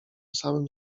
samym